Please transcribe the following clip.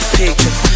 picture